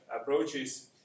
approaches